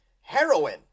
heroin